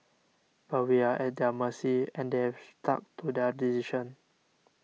but we are at their mercy and they have stuck to their decision